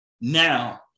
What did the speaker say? Now